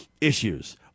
issues